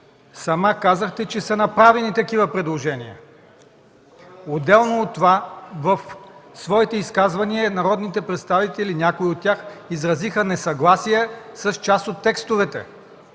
сама казахте, че са направени такива предложения. Отделно от това в своите изказвания народните представители, някои от тях, изразиха несъгласие с част от текстовете.